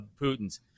Putin's